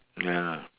ya